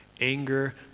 anger